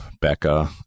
Becca